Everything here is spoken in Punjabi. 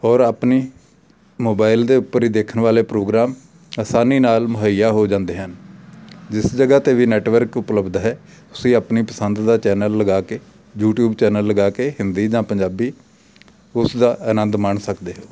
ਔਰ ਆਪਣੀ ਮੋਬਾਇਲ ਦੇ ਉੱਪਰ ਹੀ ਦੇਖਣ ਵਾਲੇ ਪ੍ਰੋਗਰਾਮ ਆਸਾਨੀ ਨਾਲ ਮੁਹੱਈਆ ਹੋ ਜਾਂਦੇ ਹਨ ਜਿਸ ਜਗ੍ਹਾ 'ਤੇ ਵੀ ਨੈਟਵਰਕ ਉਪਲੱਬਧ ਹੈ ਤੁਸੀਂ ਆਪਣੀ ਪਸੰਦ ਦਾ ਚੈਨਲ ਲਗਾ ਕੇ ਯੂਟੀਊਬ ਚੈਨਲ ਲਗਾ ਕੇ ਹਿੰਦੀ ਜਾਂ ਪੰਜਾਬੀ ਉਸ ਦਾ ਆਨੰਦ ਮਾਣ ਸਕਦੇ ਹੋ